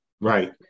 Right